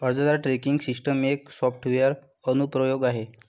अर्जदार tracking system एक software अनुप्रयोग आहे